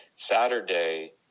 Saturday